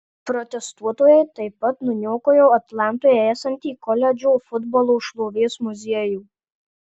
protestuotojai taip pat nuniokojo atlantoje esantį koledžo futbolo šlovės muziejų